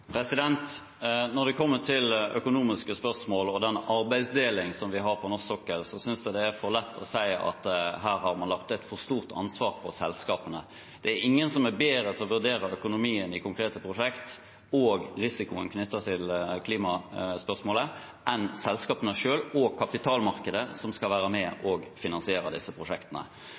Når det kommer til økonomiske spørsmål og arbeidsdelingen på norsk sokkel, synes jeg det er for lett å si at man har lagt et for stort ansvar på selskapene. Det er ingen som er bedre til å vurdere økonomien i konkrete prosjekter og risikoen knyttet til klimaspørsmålet enn selskapene selv og kapitalmarkedet som skal være med på å finansiere prosjektene.